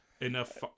enough